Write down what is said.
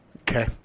Okay